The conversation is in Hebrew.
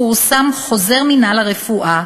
פורסם חוזר מינהל הרפואה